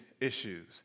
issues